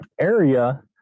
area